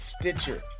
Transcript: Stitcher